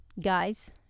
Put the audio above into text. guys